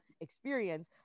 experience